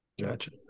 gotcha